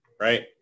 Right